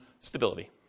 stability